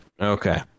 Okay